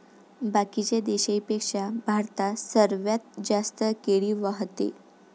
बाकीच्या देशाइंपेक्षा भारतात सर्वात जास्त केळी व्हते